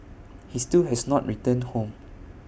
he still has not returned home